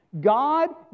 God